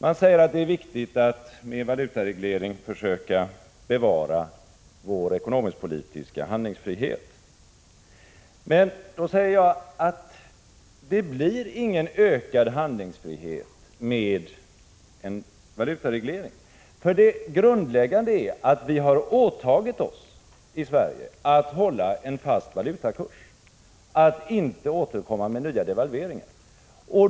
Man säger att det är viktigt att med en valutareglering försöka bevara vår ekonomisk-politiska handlingsfrihet. Men då säger jag: Det blir ingen ökad handlingsfrihet med en valutareglering, för det grundläggande är att vi i Sverige har åtagit oss att hålla en fast valutakurs och inte återkomma med nya devalveringar.